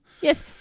Yes